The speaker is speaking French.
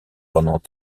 pendant